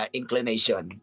inclination